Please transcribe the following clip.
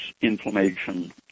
inflammation